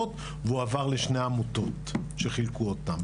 והוא עבר לשני עמותות שחילקו אותם,